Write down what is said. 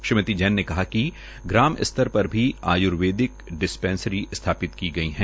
श्रीमती जैन ने कहा कि ग्राम स्तर पर भी आयर्वेदिक डिस्पैंसरी स्थापित स्थापित की गई है